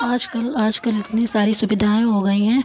आजकल आजकल इतनी सारी सुविधाएं हो गई हैं